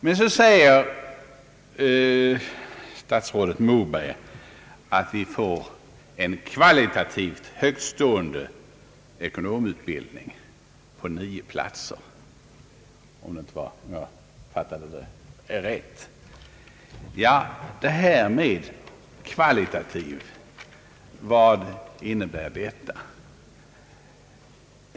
Men så säger statsrådet Moberg att vi får en kvalitativt högtstående ekonomutbildning på nio platser, om jag nu fattade det rätt. Jag betvivlar detta. Vad innebär begreppet kvalitativt?